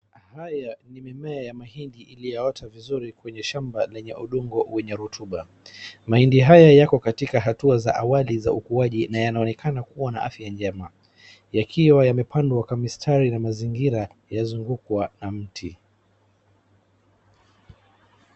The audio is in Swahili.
Haya ni mimea ya mahindi iliyoota vizuri kwenye shamba lenye udongo wenye rutuba. Mahindi haya yako katika hatua za awali za ukuwaji na yanaonekana kuwa na afya njema yakiwa yamepandwa kwa mistari na mazingira yazungukwa na miti.